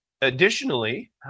additionally